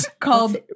called